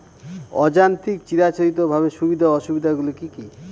অযান্ত্রিক চিরাচরিতভাবে সুবিধা ও অসুবিধা গুলি কি কি?